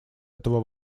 этого